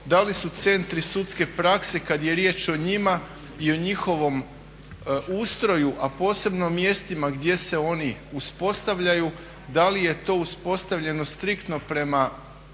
da li su centri sudske prakse kad je riječ o njima i o njihovom ustroju, a posebno mjestima gdje se oni uspostavljaju da li je to uspostavljeno striktno prema